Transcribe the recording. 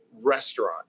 restaurant